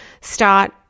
start